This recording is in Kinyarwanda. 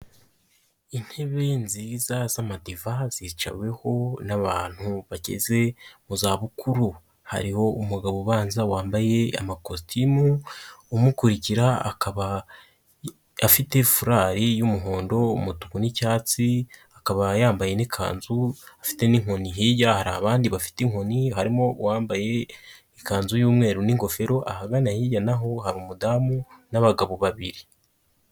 Intebe nziza z'amadiva zicaweho n'abantu bageze mu zabukuru, hariho umugabo ubanza wambaye amakositimu, umukurikira akaba afite furari y'umuhondo, umutuku n'icyatsi akaba yambaye n'ikanzu afite n'inkoni, hirya hari abandi bafite inkoni harimo uwambaye ikanzu y'umweru n'ingofero ahagana hirya naho hari umudamu n'abagabo babiri.